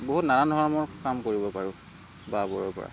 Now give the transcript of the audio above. বহুত নানান ধৰণৰ কাম কৰিব পাৰোঁ বাঁহবোৰৰপৰা